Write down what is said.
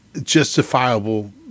justifiable